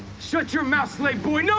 shut your mouth, slave boy.